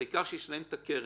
העיקר שהוא ישלם את הקרן.